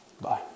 Bye